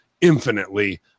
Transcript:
infinitely